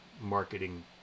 marketing